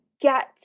get